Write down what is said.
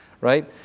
right